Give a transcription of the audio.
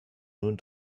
nun